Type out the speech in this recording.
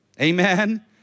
amen